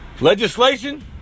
Legislation